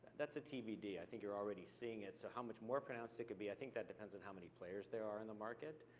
that's a tbd. i think you're already seeing it, so how much more pronounced it could be, i think that depends on how many players there are in the market.